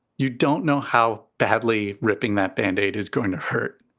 you don't know how badly ripping that band-aid is going to hurt.